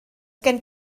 gen